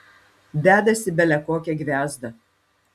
dedasi bele kokia gviazda